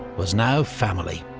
was now family.